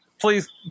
Please